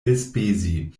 elspezi